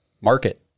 market